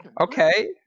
Okay